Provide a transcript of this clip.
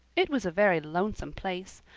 it was a very lonesome place.